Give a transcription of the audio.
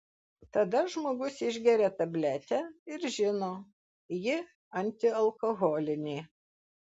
tada žmogus išgeria tabletę ir žino ji antialkoholinė